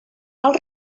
als